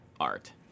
art